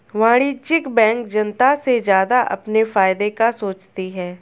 वाणिज्यिक बैंक जनता से ज्यादा अपने फायदे का सोचती है